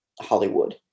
Hollywood